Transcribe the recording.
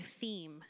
theme